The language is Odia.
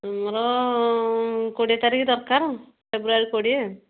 ଆମର କୋଡ଼ିଏ ତାରିଖ ଦରକାର ଆଉ ଫେବୃଆରୀ କୋଡ଼ିଏ